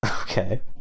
Okay